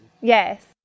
Yes